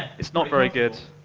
it's not very good.